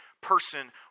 person